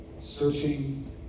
Searching